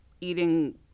eating